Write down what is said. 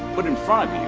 put in front of you,